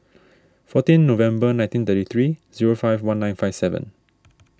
fourteen November nineteen thirty three zero five one nine five seven